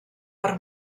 per